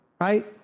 right